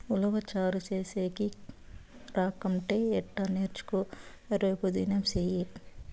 ఉలవచారు చేసేది రాకంటే ఎట్టా నేర్చుకో రేపుదినం సెయ్యి